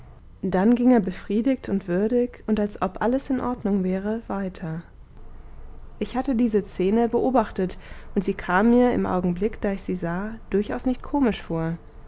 dann ging er befriedigt und würdig und als ob alles in ordnung wäre weiter ich hatte diese szene beobachtet und sie kam mir im augenblick da ich sie sah durchaus nicht komisch vor